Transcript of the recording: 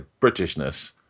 Britishness